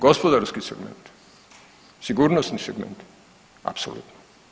Gospodarski segment, sigurnosni segment, apsolutno.